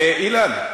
אילן,